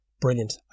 Brilliant